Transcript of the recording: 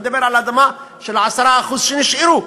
אני מדבר על האדמה של ה-10% שנשארו,